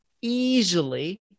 easily